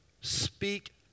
speak